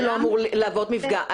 זה לא אמור להוות מפגע?